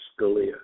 Scalia